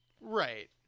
Right